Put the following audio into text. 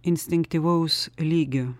instinktyvaus lygio